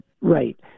Right